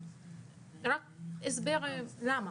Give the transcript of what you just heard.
רק הסבר למה.